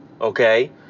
Okay